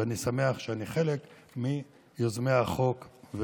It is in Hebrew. ואני שמח שאני חלק מיוזמי החוק,